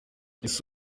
ese